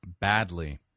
badly